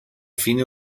fine